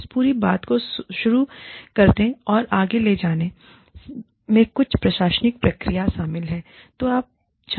इस पूरी बात को शुरू करने और आगे ले जाने में कुछ प्रशासनिक प्रक्रियाएँ शामिल हैं